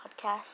Podcast